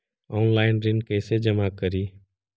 Online ऋण कैसे जमा करी?